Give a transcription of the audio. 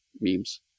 memes